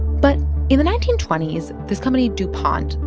but in the nineteen twenty s, this company dupont,